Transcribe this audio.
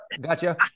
gotcha